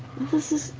this is oh,